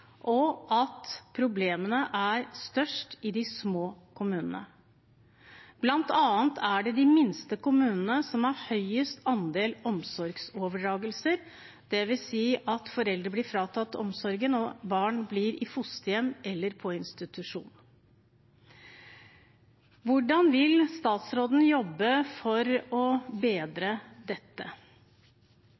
og at problemene er størst i de små kommunene. Blant annet er det de minste kommunene som har høyest andel omsorgsoverdragelser, dvs. at foreldre blir fratatt omsorgen og barn må i fosterhjem eller på institusjon. Hvordan vil statsråden jobbe for å bedre dette?